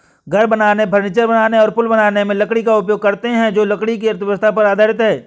घर बनाने, फर्नीचर बनाने और पुल बनाने में लकड़ी का उपयोग करते हैं जो लकड़ी की अर्थव्यवस्था पर आधारित है